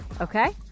Okay